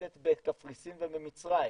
עובדת בקפריסין ובמצרים,